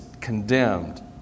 condemned